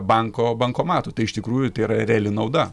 banko bankomatų tai iš tikrųjų tai yra reali nauda